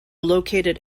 located